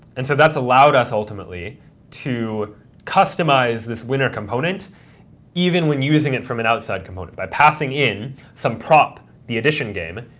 and so that's allowed us ultimately to customize this winner component even when using it from an outside component by passing in some prop, the addition game,